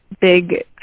big